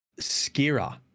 Skira